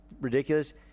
ridiculous